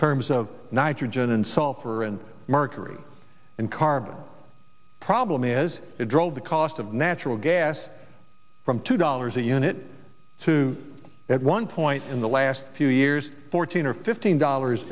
terms of nitrogen and sulfur and mercury and carbon problem is that drove the cost of natural gas from two dollars a unit to at one point in the last few years fourteen or fifteen dollars